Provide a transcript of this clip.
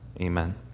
Amen